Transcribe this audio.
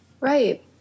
Right